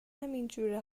همینجوره